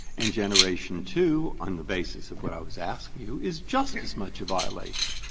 and generation two, on the basis of what i was asking you, is just as much a violation.